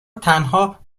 تنها